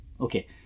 Okay